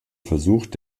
versucht